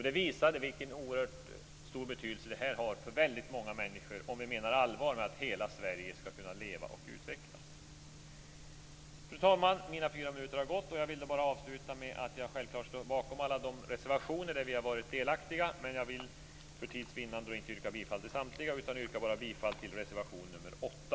Det visade vilken oerhört stor betydelse detta har för väldigt många människor, om vi menar allvar med att hela Sverige skall kunna leva och utvecklas. Fru talman! Mina fyra minuter har gått, och jag vill avsluta med att säga att jag självklart står bakom alla de reservationer där vi varit delaktiga. För tids vinnande yrkar jag inte bifall till samtliga utan bara till reservation 8.